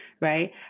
right